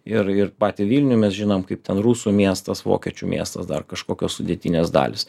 ir ir patį vilnių mes žinom kaip ten rusų miestas vokiečių miestas dar kažkokios sudėtinės dalys